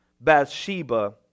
Bathsheba